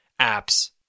apps